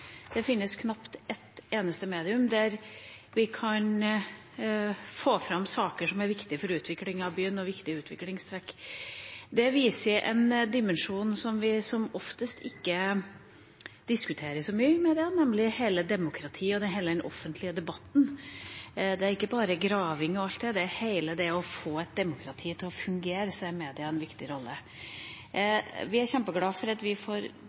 og viktige utviklingstrekk. Det viser en dimensjon som vi som oftest ikke diskuterer så mye i media, nemlig demokratiet og hele den offentlige debatten. Det er ikke bare graving osv., det er hele det å få et demokrati til å fungere. Der har media en viktig rolle. Vi er kjempeglade for at vi tydeligvis får